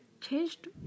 changed